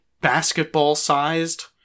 basketball-sized